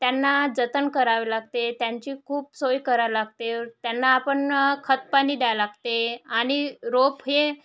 त्यांना जतन करावे लागते त्यांची खूप सोय करायला लागते त्यांना आपण खतपाणी द्यावे लागते आणि रोप हे